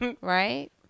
Right